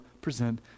present